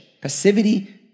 passivity